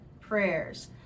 prayers